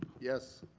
yes.